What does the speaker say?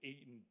eaten